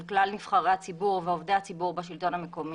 כלל נבחרי הציבור ועובדי הציבור בשלטון המקומי,